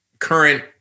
Current